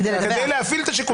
כדי להפעיל את שיקול הדעת.